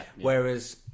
Whereas